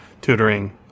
tutoring